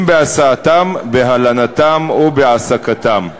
בהסעתם, בהלנתם או בהעסקתם.